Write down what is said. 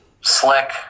Slick